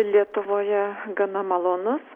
lietuvoje gana malonus